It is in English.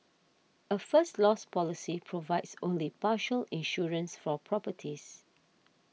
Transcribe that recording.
a First Loss policy provides only partial insurance for properties